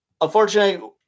unfortunately